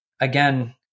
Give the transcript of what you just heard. again